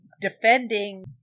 defending